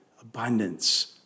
abundance